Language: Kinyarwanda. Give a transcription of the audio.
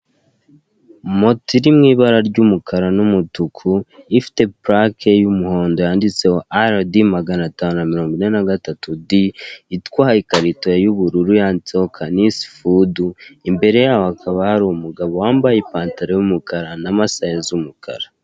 Moto iri mu ibara ry'umukara n'umutuku ifite pulake y'umuhondo yangitseho aradi maganatanu na mirongo ine na gatatu di, itwaye ikarito y'ubururu yanditseho kanisi fudu imbere yaho hakaba hari umgabo wambaye ipantalo y'umukara na masayi z'umukara.